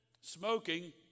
smoking